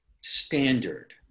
standard